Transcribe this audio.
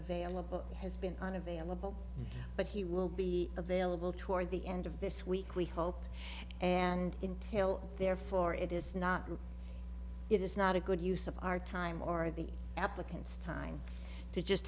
available has been unavailable but he will be available toward the end of this week we hope and in hill therefore it is not it is not a good use of our time or the applicants time to just